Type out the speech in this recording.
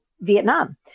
Vietnam